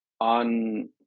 on